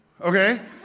okay